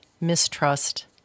mistrust